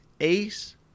Ace